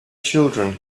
children